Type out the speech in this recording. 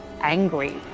angry